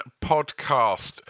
Podcast